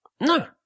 No